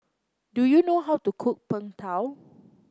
do you know how to cook Png Tao